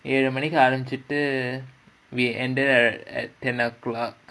ஏழு மணிக்கு ஆரம்பிச்சிட்டு:ezhu manikku arambichittu we ended at at ten o'clock